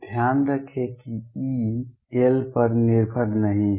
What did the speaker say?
ध्यान रखें कि E l पर निर्भर नहीं है